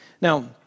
Now